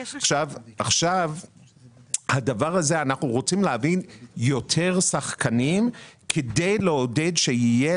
אנחנו רוצים להביא יותר שחקנים כדי לעודד את זה שיהיה